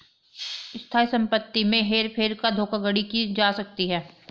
स्थायी संपत्ति में हेर फेर कर धोखाधड़ी की जा सकती है